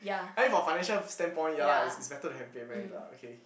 I mean from financial stand point ya lah it's it's better to get married lah okay